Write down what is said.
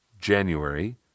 January